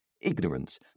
ignorance